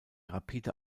rapide